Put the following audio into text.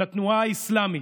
לתנועה האסלאמית.